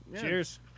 cheers